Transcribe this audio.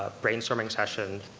ah brainstorming session,